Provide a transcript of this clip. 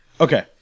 Okay